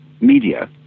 media